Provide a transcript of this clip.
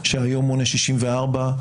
שהיום מונה 64,